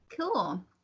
Cool